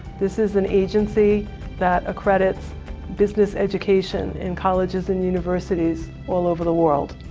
this is an agency that accredits business education, in colleges and universities all over the world.